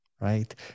right